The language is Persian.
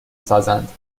سازند